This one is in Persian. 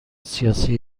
سیاسی